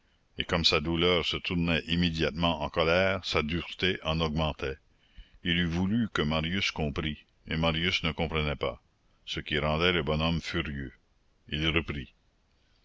et comme sa douleur se tournait immédiatement en colère sa dureté en augmentait il eût voulu que marius comprît et marius ne comprenait pas ce qui rendait le bonhomme furieux il reprit